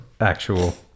actual